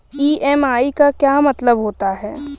EMI का क्या मतलब होता है?